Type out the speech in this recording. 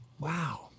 wow